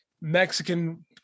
Mexican